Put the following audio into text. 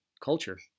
culture